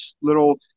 little